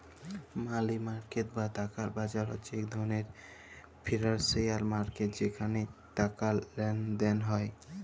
মালি market বা টাকার বাজার হছে ইক ধরলের ফিল্যালসিয়াল মার্কেট যেখালে টাকার লেলদেল হ্যয়